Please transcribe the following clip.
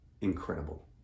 incredible